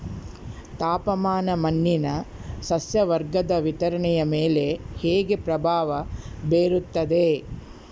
ತಾಪಮಾನ ಮಣ್ಣಿನ ಸಸ್ಯವರ್ಗದ ವಿತರಣೆಯ ಮೇಲೆ ಹೇಗೆ ಪ್ರಭಾವ ಬೇರುತ್ತದೆ?